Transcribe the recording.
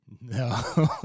No